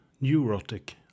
neurotic